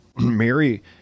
Mary